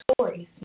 stories